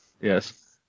Yes